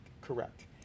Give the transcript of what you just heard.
Correct